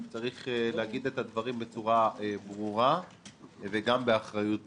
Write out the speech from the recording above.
צריך להגיד את הדברים בצורה ברורה וגם באחריות גדולה.